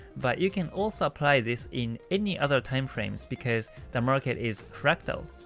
but you can also apply this in any other timeframes because the market is fractal.